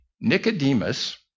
Nicodemus